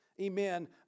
amen